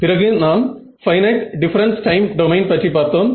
பிறகு நாம் finite difference time domain பற்றி பார்த்தோம்